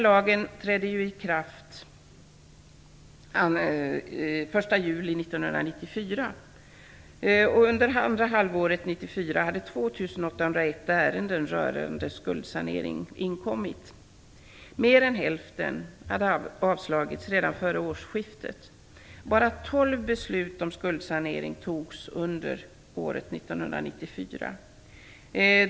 Lagen trädde i kraft den 1 juli 1994, och under andra halvåret 1994 hade 2 801 ärenden rörande skuldsanering inkommit. Mer än hälften hade avslagits redan före årsskiftet. Bara tolv beslut om skuldsanering togs under 1994.